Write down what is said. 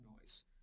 noise